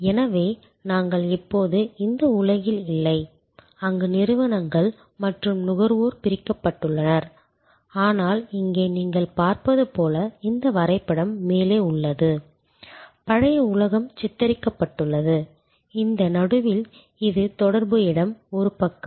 எனவே நாங்கள் இப்போது இந்த உலகில் இல்லை அங்கு நிறுவனங்கள் மற்றும் நுகர்வோர் பிரிக்கப்பட்டுள்ளனர் ஆனால் இங்கே நீங்கள் பார்ப்பது போல இந்த வரைபடம் மேலே உள்ளது பழைய உலகம் சித்தரிக்கப்பட்டுள்ளது இந்த நடுவில் இது தொடர்பு இடம் ஒரு பக்கம்